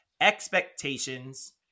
expectations